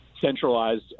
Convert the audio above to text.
centralized